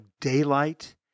daylight